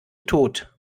tot